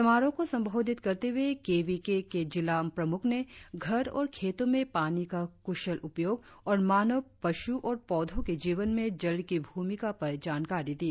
समारोह को संबोधित करते हुए के वी के के जिला प्रमुख ने घर और खेतों में पानी का कुशल उपयोग और मानव पशु और पौधों के जीवन में जल की भूमिका पर जानकारी दी